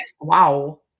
Wow